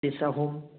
piece ꯑꯍꯨꯝ